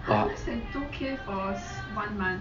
ah